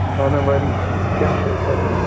بادام واری سُہ کیٛاہ چھُ تَتہِ